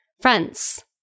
Friends